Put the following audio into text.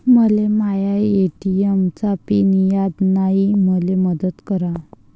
मले माया ए.टी.एम चा पिन याद नायी, मले मदत करा